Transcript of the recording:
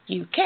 UK